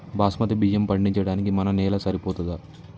బాస్మతి బియ్యం పండించడానికి మన నేల సరిపోతదా?